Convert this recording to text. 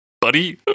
buddy